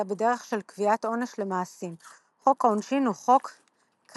אלא בדרך של קביעת עונש למעשים – חוק העונשין הוא חוק קאזואיסטי.